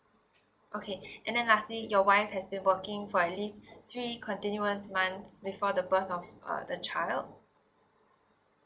okay and then lastly your wife has been working for at least three continuous month before the birth of uh the child